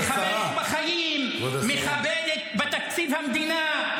מחבלת בחיים, מחבלת בתקציב המדינה.